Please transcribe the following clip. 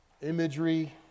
imagery